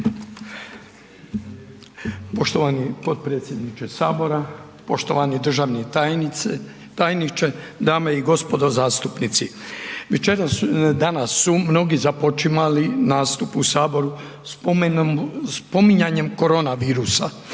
Poštovani potpredsjedniče sabora, poštovani državni tajniče, dame i gospodo zastupnici, večeras su, danas su mnogi započimali nastup u saboru spominjanjem korona virusa,